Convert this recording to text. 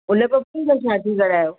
उन बबू जी था शादी करायो